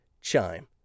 Chime